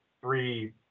three